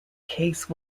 case